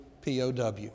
POW